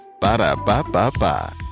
Ba-da-ba-ba-ba